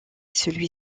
celui